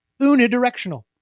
unidirectional